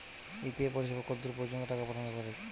UPI পরিসেবা কতদূর পর্জন্ত টাকা পাঠাতে পারি?